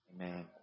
Amen